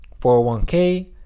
401k